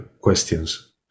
questions